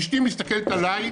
אשתי מסתכלת עליי,